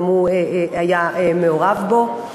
גם הוא היה מעורב בו.